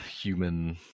human